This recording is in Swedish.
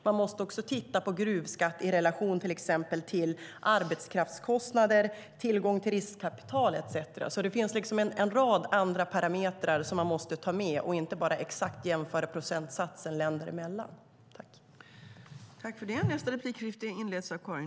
Man måste också titta på gruvskatt i relation till exempel till arbetskraftskostnader, tillgång till riskkapital, etcetera. Det finns liksom en rad andra parametrar som man måste ta med och inte bara exakt jämföra procentsatsen länder emellan.